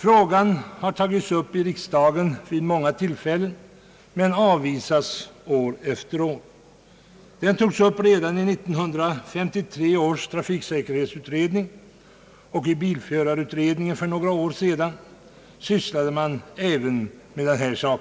Frågan har vid många tillfällen tagits upp i riksdagen men avvisats år efter år. Den togs upp redan i 1953 års trafiksäkerhetsutredning, och i bilförarutredningen för några år sedan sysslade man även med denna sak.